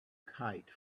kite